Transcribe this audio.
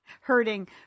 Hurting